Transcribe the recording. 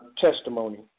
testimony